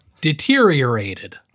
deteriorated